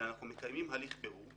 אלא אנחנו מקיימים הליך בירור,